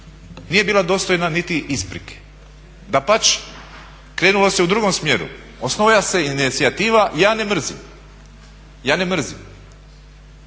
nije bila dostojna niti isprike. Dapače, krenulo se u drugom smjeru. Osnovala se inicijativa "Ja ne mrzim" da bi